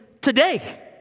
today